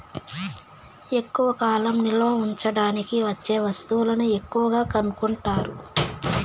ఎక్కువ కాలం నిల్వ ఉంచడానికి వచ్చే వస్తువులను ఎక్కువగా కొనుక్కుంటారు